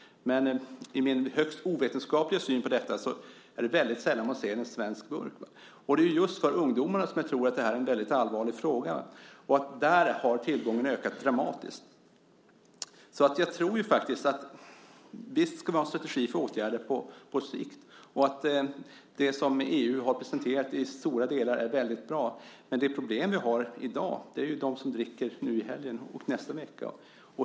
Min högst ovetenskapliga syn på detta är att det är väldigt sällan jag ser en svensk burk. Det är just för ungdomarna som jag tror att det här är en väldigt allvarlig fråga, och tillgången där har ökat dramatiskt. Visst ska vi ha en strategi för specifika åtgärder på sikt, och det som EU har presenterat är i stora delar väldigt bra. Men det problem vi har i dag är de som dricker nu i helgen och nästa vecka.